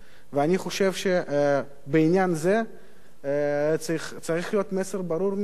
אני חושב שבעניין זה צריך להיות מסר ברור מאוד,